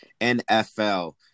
NFL